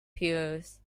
pious